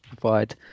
provide